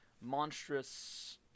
monstrous